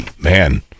Man